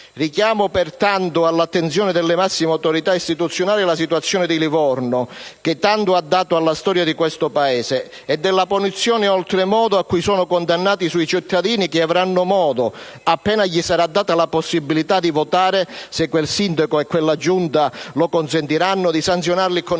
Richiamo pertanto all'attenzione delle massime autorità istituzionali la situazione di Livorno, che tanto ha dato alla storia di questo Paese, e la punizione oltremodo a cui sono condannati i suoi cittadini che avranno modo, appena gli sarà data la possibilità di votare - se quel sindaco e quella Giunta lo consentiranno - di sanzionarli con il